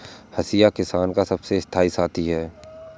हंसिया किसान का सबसे स्थाई साथी है